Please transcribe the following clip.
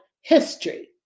history